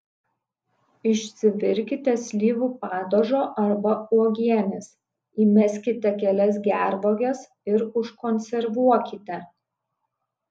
išsivirkite slyvų padažo arba uogienės įmeskite kelias gervuoges ir užkonservuokite